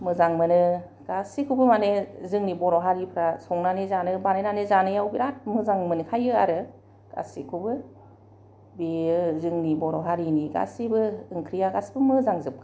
मोजां मोनो गासिखौबो माने जोंनि बर' हारिफ्रा संनानै जानो बानायनानै जानायाव बिराद मोजां मोनखायो आरो गासिखौबो बियो जोंनि बर' हारिनि गासैबो ओंख्रिया गासिबो मोजां जोबखा